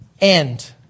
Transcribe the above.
end